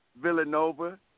Villanova